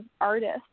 artists